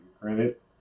credit